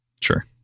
sure